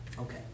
Okay